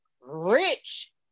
rich